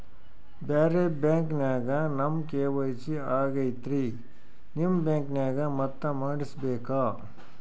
ಬ್ಯಾರೆ ಬ್ಯಾಂಕ ನ್ಯಾಗ ನಮ್ ಕೆ.ವೈ.ಸಿ ಆಗೈತ್ರಿ ನಿಮ್ ಬ್ಯಾಂಕನಾಗ ಮತ್ತ ಮಾಡಸ್ ಬೇಕ?